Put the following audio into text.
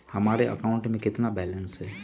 हमारे अकाउंट में कितना बैलेंस है?